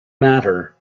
matter